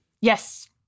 Yes